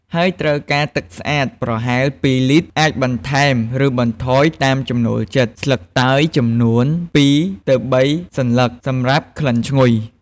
ហើយត្រូវការទឹកស្អាត ប្រហែល ២ លីត្រ អាចបន្ថែម ឬបន្ថយតាមចំណូលចិត្ត, ស្លឹកតើយចំនួន ២ ទៅ ៣ សន្លឹក សម្រាប់ក្លិនឈ្ងុយ។